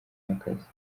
y’akazi